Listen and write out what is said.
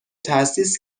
تأسیس